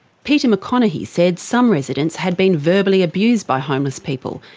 peter maconachie said some residents had been verbally abused by homeless people,